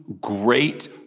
great